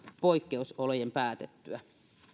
poikkeusolojen päätyttyä